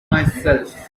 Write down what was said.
myself